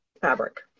fabric